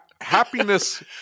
Happiness